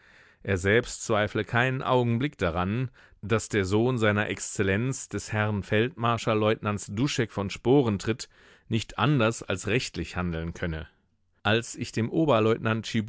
er selbst zweifle keinen augenblick daran daß der sohn seiner exzellenz des herrn feldmarschalleutnants duschek von sporentritt nicht anders als rechtlich handeln könne als ich dem oberleutnant